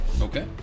Okay